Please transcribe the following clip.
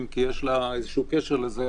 אם כי יש לה איזשהו קשר לזה,